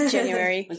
January